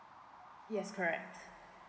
yes correct